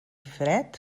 fred